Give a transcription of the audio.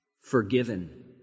forgiven